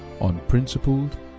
Unprincipled